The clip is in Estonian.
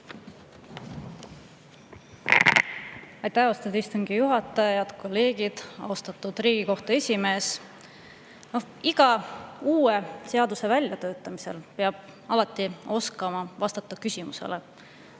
Aitäh, austatud istungi juhataja! Head kolleegid! Austatud Riigikohtu esimees! Iga uue seaduse väljatöötamisel peab alati oskama vastata küsimusele,